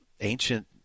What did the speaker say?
ancient